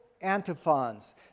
antiphons